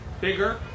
bigger